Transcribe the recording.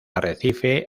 arrecife